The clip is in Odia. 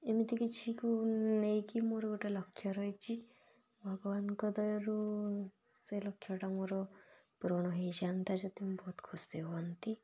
ଏମିତି କିଛିକୁ ମୁଁ ନେଇକି ମୋର ଗୋଟିଏ ଲକ୍ଷ୍ୟ ରହିଛି ଭଗବାନଙ୍କ ଦୟାରୁ ସେ ଲକ୍ଷ୍ୟଟା ମୋର ପୂରଣ ହେଇଯାଆନ୍ତା ଯଦି ମୁଁ ବହୁତ ଖୁସି ହୁଅନ୍ତି